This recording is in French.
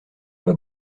pas